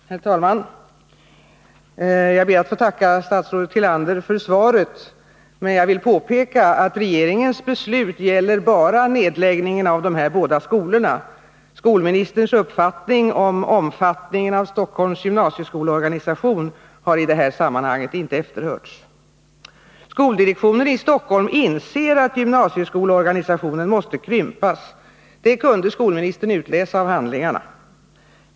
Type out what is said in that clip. Herr talman! Jag ber att få tacka statsrådet Tillander för svaret. Men jag vill påpeka att regeringens beslut bara gäller nedläggningen av de här båda skolorna. Skolministerns uppfattning om omfattningen av Stockholms gymnasieskolorganisation har i sammanhanget inte efterhörts. Skoldirektionen i Stockholm inser att gymnasieskolorganisationen måste krympas. Det kunde skolministern utläsa av handlingarna.